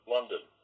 London